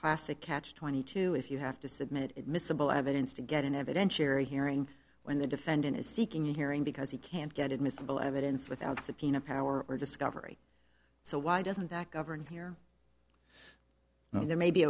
classic catch twenty two if you have to submit admissible evidence to get an evidentiary hearing when the defendant is seeking a hearing because you can't get admissible evidence without subpoena power or discovery so why doesn't that govern here now there may be